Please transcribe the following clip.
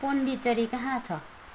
पोन्डिचेरी कहाँ छ